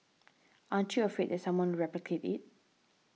aren't you afraid that someone will replicate it